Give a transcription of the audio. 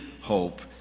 hope